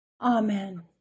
Amen